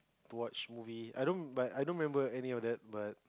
to watch movie I don't but I don't remember any of that but